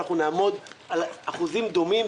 אנחנו נעמוד על אחוזים דומים,